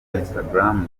instagram